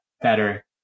better